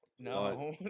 No